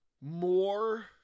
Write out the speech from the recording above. more